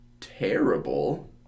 terrible